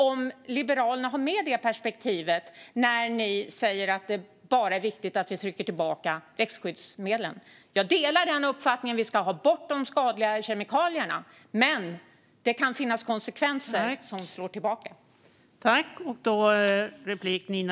Har Liberalerna med detta perspektiv när de säger att det enda som är viktigt är att trycka tillbaka växtskyddsmedlen? Jag delar uppfattningen att vi ska få bort de skadliga kemikalierna, men det kan få konsekvenser som slår tillbaka.